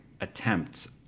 attempts